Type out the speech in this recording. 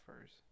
first